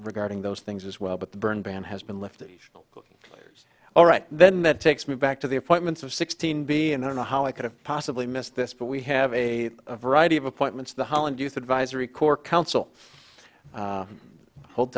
regarding those things as well but the burn ban has been lifted all right then that takes me back to the appointments of sixteen b and i don't know how i could have possibly missed this but we have a variety of appointments the holland youth advisory corps council